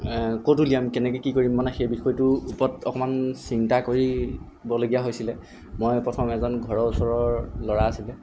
ক'ত উলিয়াম কেনেকে কি কৰিম মানে সেই বিষয়টোৰ ওপৰত অকমান চিন্তা কৰিবলগীয়া হৈছিলে মই প্ৰথম এজন ঘৰৰ ওচৰৰ ল'ৰা আছিলে